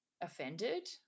offended